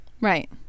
Right